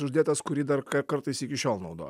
uždėtas kurį dar kar kartais iki šiol naudoja